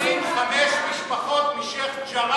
למה מפנים חמש משפחות משיח'-ג'ראח,